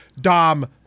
Dom